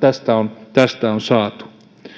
tästä on tästä on saatu